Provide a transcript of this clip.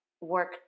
work